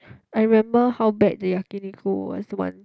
I remember how bad the Yakiniku was one